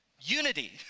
Unity